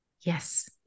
Yes